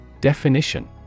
Definition